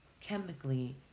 chemically